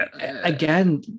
again